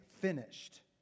finished